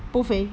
不肥